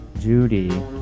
Judy